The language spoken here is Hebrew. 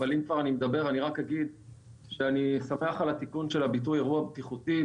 אני רק אספר לך על התיקון של הביטוי אירוע בטיחותי,